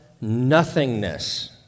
nothingness